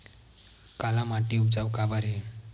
काला माटी उपजाऊ काबर हे?